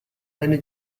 eine